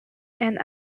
and